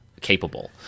capable